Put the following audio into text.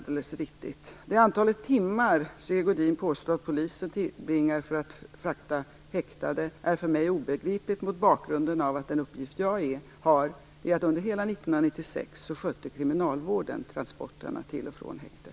Det antal timmar Sigge Godin påstår att polisen tillbringar för att frakta häktade är för mig obegripligt mot bakgrund av att den uppgift jag har är att under hela 1996 skötte kriminalvården transporterna till och från häktet.